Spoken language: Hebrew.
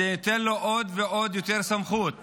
זה ייתן לו עוד ועוד יותר סמכות